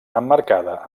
emmarcada